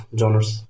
genres